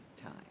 time